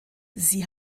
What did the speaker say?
sie